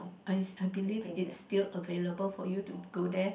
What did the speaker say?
I I believe it's still available for you to go there